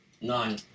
Nine